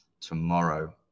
tomorrow